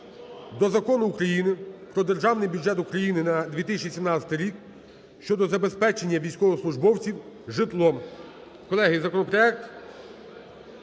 до Закону України "Про Державний бюджет України на 2017 рік" (щодо забезпечення військовослужбовців житлом).